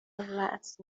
راس